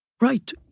Right